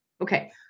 Okay